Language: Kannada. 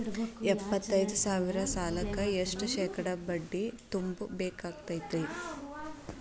ಎಪ್ಪತ್ತೈದು ಸಾವಿರ ಸಾಲಕ್ಕ ಎಷ್ಟ ಶೇಕಡಾ ಬಡ್ಡಿ ತುಂಬ ಬೇಕಾಕ್ತೈತ್ರಿ?